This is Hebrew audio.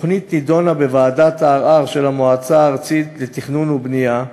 התוכנית נדונה בוועדת הערר של המועצה הארצית לתכנון ובנייה,